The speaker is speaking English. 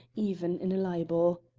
even in a libel.